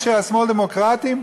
אנשי השמאל דמוקרטים,